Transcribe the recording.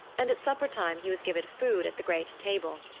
and at supper time he was given food at the great table.